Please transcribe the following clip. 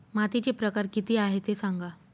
मातीचे प्रकार किती आहे ते सांगा